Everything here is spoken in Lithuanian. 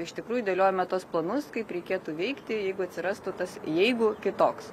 iš tikrųjų dėliojame tuos planus kaip reikėtų veikti jeigu atsirastų tas jeigu kitoks